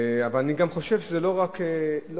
אני גם חושב שזו לא רק הכנסת,